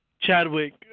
Chadwick